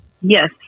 Yes